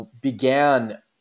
began